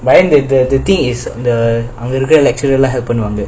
but then the the thing is the அங்க இருக்குர:anga irukkura lecturer help பன்னுவாங்க:pannuvanga